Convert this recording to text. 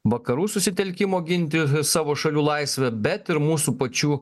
vakarų susitelkimo ginti savo šalių laisvę bet ir mūsų pačių